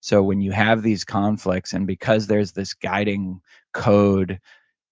so when you have these conflicts and because there's this guiding code